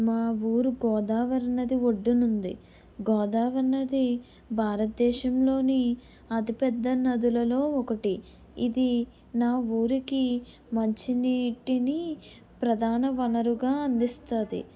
మా ఊరు గోదావరి నది ఒడ్డున ఉంది గోదావరి నది భారత దేశంలోని అతి పెద్ద నదులలో ఒకటి ఇది నా ఊరికి మంచి నీటిని ప్రధాన వనరుగా అందిస్తుంది